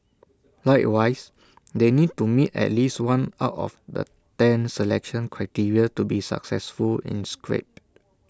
likewise they need to meet at least one out of the ten selection criteria to be successfully inscribed